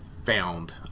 found